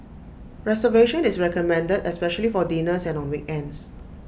reservation is recommended especially for dinners and on weekends